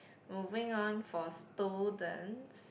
moving on for students